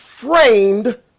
framed